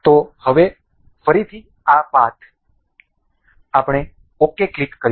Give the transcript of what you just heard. તેથી હવે ફરીથી આ પાથ આપણે ok ક્લિક કરીશું